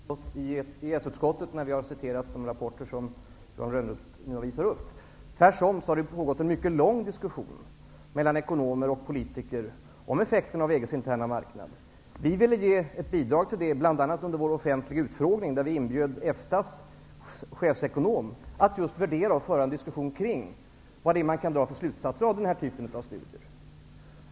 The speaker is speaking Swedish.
Herr talman! Nej, det är nog inte en aningslös uppräkning av siffror som vi i EES-utskottet ägnat oss åt när vi citerat ur de rapporter som Johan Lönnroth här visat upp. Tvärtom har det mycket länge pågått en diskussion mellan ekonomer och politiker om effekterna av EG:s interna marknad. Vi ville ge ett bidrag i det avseendet -- bl.a. under vår offentliga utfrågning, till vilken vi inbjöd EFTA:s chefekonom att just värdera detta och att diskutera vilka slutsatser som kan dras av den här typen av studier.